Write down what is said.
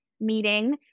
meeting